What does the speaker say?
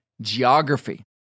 geography